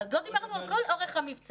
עוד לא דיברנו על כל אורך המבצע.